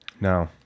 No